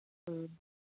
ꯎꯝ